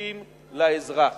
השירותים לאזרח.